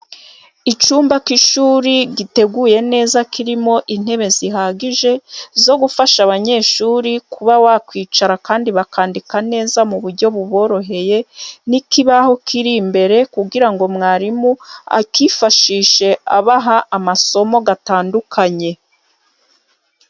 Icyumba k'ishuri giteguye neza, kirimo intebe zihagije zo gufasha abanyeshuri kuba bakwicara, kandi bakandika neza mu buryo buboroheye, n'ikibaho kiri imbere kugira ngo mwarimu akifashishe abaha amasomo atandukanye.